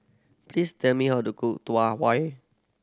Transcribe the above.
please tell me how to cook Tau Huay